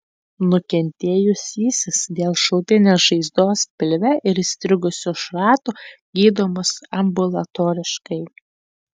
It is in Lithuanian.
nukentėjusysis dėl šautinės žaizdos pilve ir įstrigusio šrato gydomas ambulatoriškai